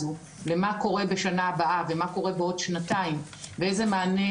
את סוגי הצרכים והמענים